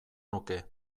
nuke